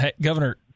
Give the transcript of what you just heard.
Governor